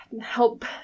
help